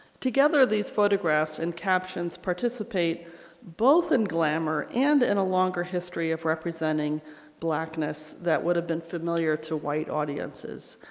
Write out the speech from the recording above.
together these photographs and captions participate both in glamour and in a longer history of representing blackness that would have been familiar to white audiences.